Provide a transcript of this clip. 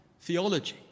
theology